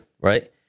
right